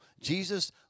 Jesus